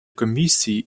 комісії